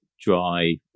dry